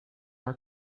our